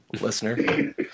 listener